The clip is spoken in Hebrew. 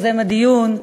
יוזם הדיון,